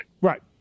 Right